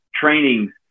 Training